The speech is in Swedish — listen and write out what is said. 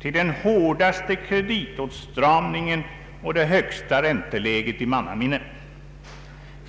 till den hårdaste kreditåtstramningen och det högsta ränteläget i mannaminne.